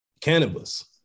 cannabis